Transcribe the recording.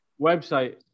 Website